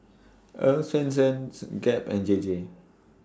Earl's Swensens Gap and J J